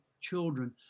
children